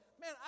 man